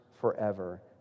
forever